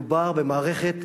מדובר במערכת,